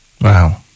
Wow